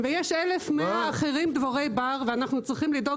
ויש 1,100 אחרים דבורי בר ואנחנו צריכים לדאוג